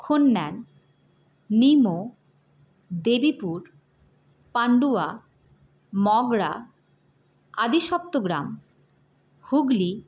Khanyan Nimo Debipur Pandua Magra Adisaptagram Hooghly